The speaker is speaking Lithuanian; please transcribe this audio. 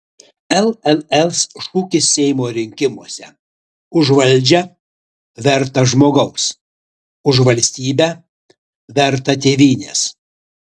lls šūkis seimo rinkimuose už valdžią vertą žmogaus už valstybę vertą tėvynės